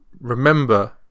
Remember